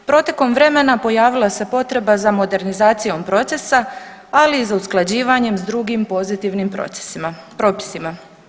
Protekom vremena pojavila se potreba za modernizacijom procesa, ali i za usklađivanjem s drugim pozitivnim propisima.